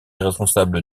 responsable